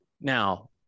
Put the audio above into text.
Now